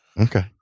Okay